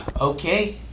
Okay